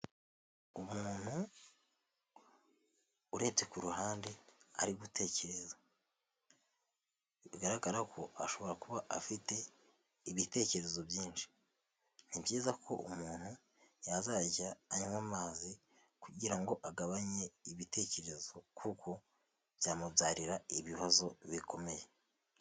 Umuntu uretse kuruhande ari gutekereza bigaragara ko ashobora kuba afite ibitekerezo byinshi. Ni byiza ko umuntu yazajya anywa amazi kugira ngo agabanye ibitekerezo kuko byamubyarira ibibazo bikomeye.